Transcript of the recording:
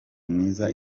mwiza